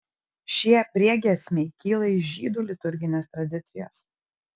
šie priegiesmiai kyla iš žydų liturginės tradicijos